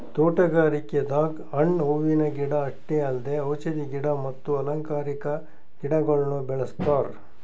ತೋಟಗಾರಿಕೆದಾಗ್ ಹಣ್ಣ್ ಹೂವಿನ ಗಿಡ ಅಷ್ಟೇ ಅಲ್ದೆ ಔಷಧಿ ಗಿಡ ಮತ್ತ್ ಅಲಂಕಾರಿಕಾ ಗಿಡಗೊಳ್ನು ಬೆಳೆಸ್ತಾರ್